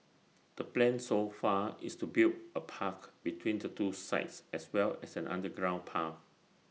the plan so far is to build A park between the two sites as well as an underground path